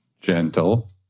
gentle